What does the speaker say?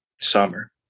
Summer